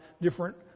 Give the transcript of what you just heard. different